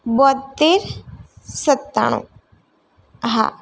બોત્તેર સત્તાણું હા